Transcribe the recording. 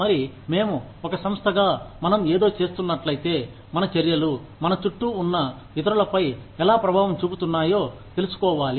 మరి మేము ఒక సంస్థగా మనం ఏదో చేస్తున్నట్లయితే మన చర్యలు మన చుట్టూ ఉన్న ఇతరులపై ఎలా ప్రభావం చూపుతున్నాయో తెలుసుకోవాలి